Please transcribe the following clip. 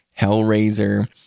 Hellraiser